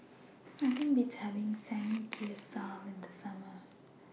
Nothing Beats having Samgyeopsal in The Summer